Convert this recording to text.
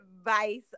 advice